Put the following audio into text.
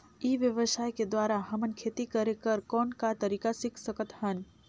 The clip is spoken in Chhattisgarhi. ई व्यवसाय के द्वारा हमन खेती करे कर कौन का तरीका सीख सकत हन?